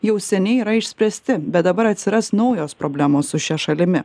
jau seniai yra išspręsti bet dabar atsiras naujos problemos su šia šalimi